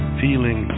feeling